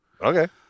Okay